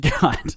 God